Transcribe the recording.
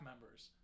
members